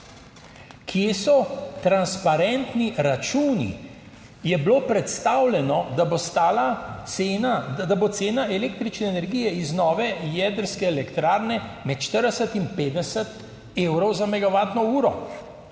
Kje so transparentni računi? Je bilo predstavljeno, da bo cena električne energije iz nove jedrske elektrarne med 40 in 50 evrov za megavatno uro.